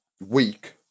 Weak